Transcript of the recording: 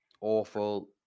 awful